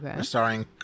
starring